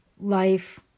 life